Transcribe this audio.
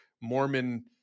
Mormon